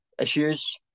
issues